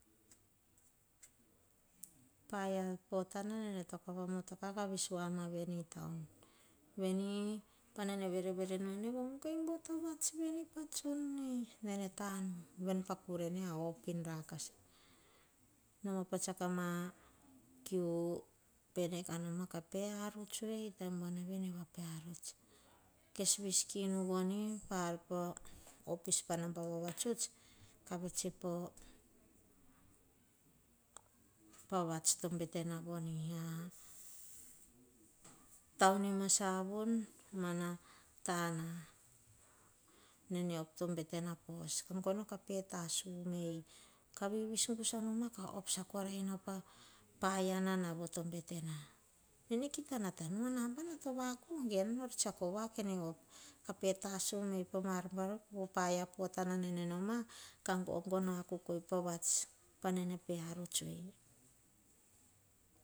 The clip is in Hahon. Paia potana nene tokapa motor kar kah vis woa ma en town. Veni pa nan a verevere nu, ene va mukai ba-au vats vene pa tsione nene tanu. Kure e a pin rakasa, noma kah tsiako ah ma kui pene kah pe anuts hei pota na buanavu, nene pe anuts hei, kes vis kinu vone pah inu vavatuts. Kah pe tasuei kah vivis kusa numa kah op sakorai pa pawi nanavo to betena. Ne kita natanu, ah nambana to vaku ge. Eni nor tsiako voa. Kah tasue mei pa ma ar vatso paname pe anuts hei.